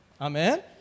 Amen